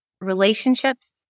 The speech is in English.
Relationships